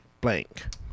blank